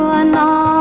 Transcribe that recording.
and